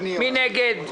מי נגד?